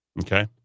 Okay